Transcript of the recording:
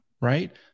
right